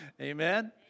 Amen